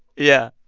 yeah.